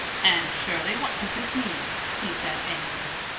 anne shirley, what does this mean? he said angrily.